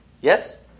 Yes